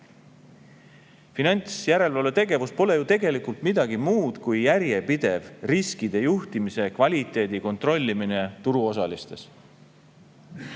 Finantsjärelevalve tegevus pole ju tegelikult midagi muud kui järjepidev riskide juhtimise kvaliteedi kontrollimine turuosalistes.